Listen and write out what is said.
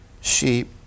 sheep